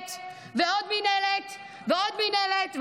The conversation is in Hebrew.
מינהלת ועוד מינהלת ועוד מינהלת,